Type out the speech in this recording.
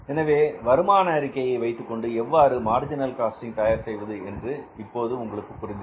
எனவே வருமான அறிக்கை வைத்துக்கொண்டு எவ்வாறு மர்கினல் காஸ்டிங் தயார் செய்வது என்று இப்போது உங்களுக்கு புரிந்திருக்கும்